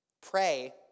pray